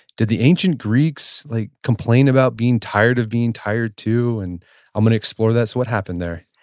did the ancient greeks like complain about being tired of being tired too, and i'm going to explore that, so what happened there?